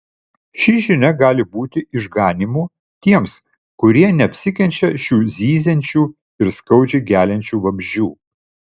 ši žinia gali būti išganymu tiems kurie neapsikenčia šių zyziančių ir skaudžiai geliančių vabzdžių